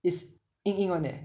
it's 硬硬 [one] eh